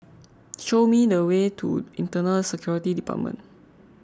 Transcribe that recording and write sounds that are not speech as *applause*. *noise* show me the way to Internal Security Department